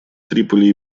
триполи